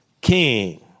king